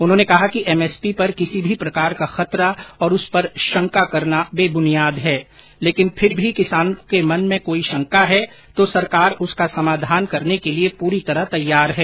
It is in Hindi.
उन्होंने कहा कि एमएसपी पर किसी भी प्रकार का खतरा और उस पर शंका करना बेबुनियाद है लेकिन फिर भी किसी के मन में कोई शंका है तो सरकार उसका समाधान करने के लिए पूरी तरह तैयार है